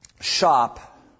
shop